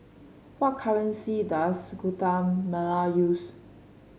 what currency does Guatemala use